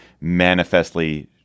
manifestly